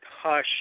hush